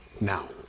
Now